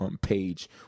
page